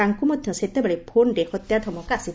ତାଙ୍କୁ ମଧ୍ଧ ସେତେବେଳେ ଫୋନ୍ରେ ହତ୍ୟା ଧମକ ଆସିଥିଲା